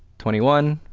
twenty one,